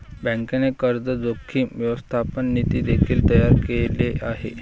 बँकेने कर्ज जोखीम व्यवस्थापन नीती देखील तयार केले आहे